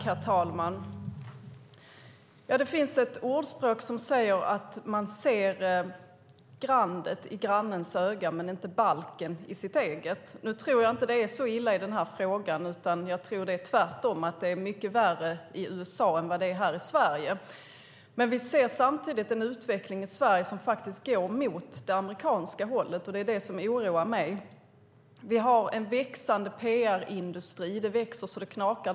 Herr talman! Det finns ett ordspråk som säger att man ser grandet i sin broders öga men inte bjälken i sitt eget. Nu tror jag inte att det är så illa i denna fråga, utan jag tror tvärtom att det är mycket värre i USA än här i Sverige. Men vi ser samtidigt en utveckling i Sverige som faktiskt går åt det amerikanska hållet, och det är det som oroar mig. Vi har en växande PR-industri. Den växer så det knakar.